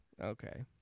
okay